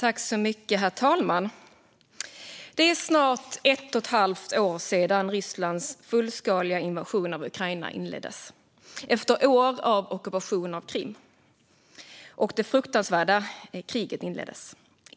Herr talman! Det är snart ett och ett halvt år sedan Rysslands fullskaliga invasion av Ukraina och det fruktansvärda kriget inleddes, detta efter år av ockupation av Krim.